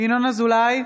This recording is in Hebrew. ינון אזולאי,